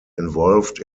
involved